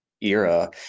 era